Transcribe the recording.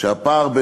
לאחר ניתוח של